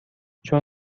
چون